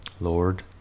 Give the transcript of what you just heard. Lord